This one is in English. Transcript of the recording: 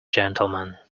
gentleman